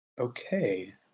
Okay